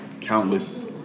countless